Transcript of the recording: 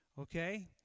Okay